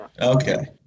Okay